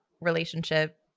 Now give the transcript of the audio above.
relationship